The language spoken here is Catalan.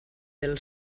del